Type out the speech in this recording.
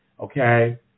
Okay